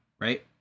right